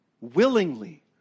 willingly